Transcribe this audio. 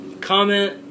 comment